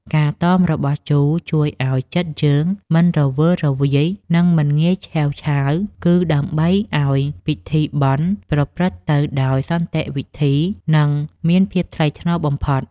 ការតមរបស់ជូរជួយឱ្យចិត្តយើងមិនរវើរវាយនិងមិនងាយឆេវឆាវ គឺ ដើម្បីឱ្យពិធីបុណ្យប្រព្រឹត្តទៅដោយសន្តិវិធីនិងមានភាពថ្លៃថ្នូរបំផុត។